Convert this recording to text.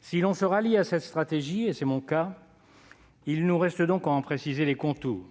Si l'on se rallie à cette stratégie, ce qui est mon cas, il reste à en préciser les contours.